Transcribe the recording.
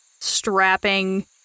strapping